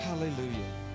Hallelujah